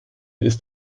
ist